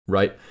right